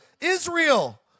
Israel